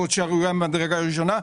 זאת שערורייה ממדרגה ראשונה.